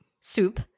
Soup